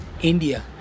India